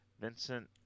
Vincent